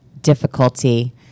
difficulty